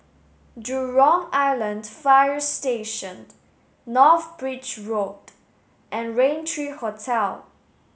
Jurong Island Fire Station North Bridge Road and Rain Three Hotel